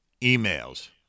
emails